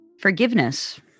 Forgiveness